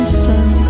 sun